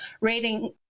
rating